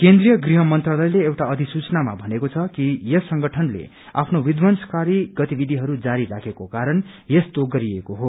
केन्द्रीय गृह मंत्रालयले एउटा अधिसूचनामा भनेको छ कि यस संगठनले आफ्नो विध्यंसकारी गतिविषिहरू जारी राखेको कारण यस्तो गरिएको हो